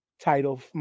title